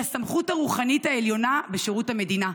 שהיא הסמכות הרוחנית העליונה בשירות המדינה.